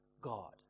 God